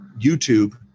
YouTube